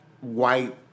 white